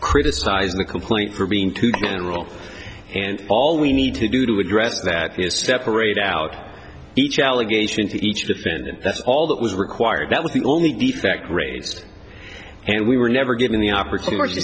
criticized the complaint for being too general and all we need to do to address that is separate out each allegation to each defendant that's all that was required that was the only defect raised and we were never given the opportunity